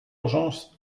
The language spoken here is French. urgence